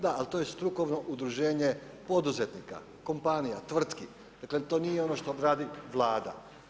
Da, ali to je strukovno udruženje poduzetnika, kompanija, tvrtki, dakle to nije ono što gradi Vlada.